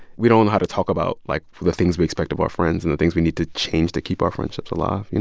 we don't know how to talk about, like, the things we expect of our friends and the things we need to change to keep our friendships alive. you